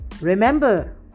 Remember